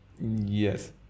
Yes